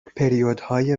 پریودهای